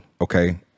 okay